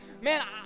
Man